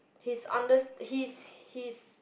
he's unders~ he's he's